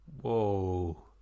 Whoa